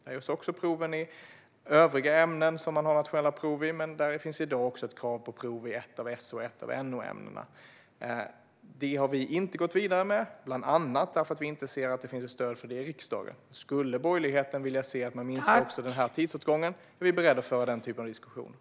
Här görs också proven i övriga ämnen som man har nationella prov i, men det finns också ett krav på prov i ett av SO och ett av NO-ämnena. Det har vi inte gått vidare med, bland annat för att vi ser att det inte finns stöd för det i riksdagen. Skulle borgerligheten vilja att man också minskar denna tidsåtgång är vi beredda att föra den diskussionen.